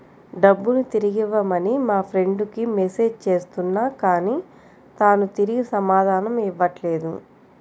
డబ్బుని తిరిగివ్వమని మా ఫ్రెండ్ కి మెసేజ్ చేస్తున్నా కానీ తాను తిరిగి సమాధానం ఇవ్వట్లేదు